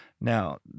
Now